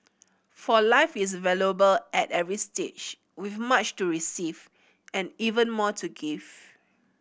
for life is valuable at every stage with much to receive and even more to give